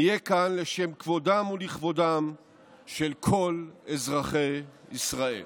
נהיה כאן לשם כבודם ולכבודם של כל אזרחי ישראל.